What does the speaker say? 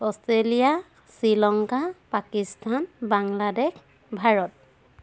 Australia Sri Lanka Pakistan Bangladesh Bharat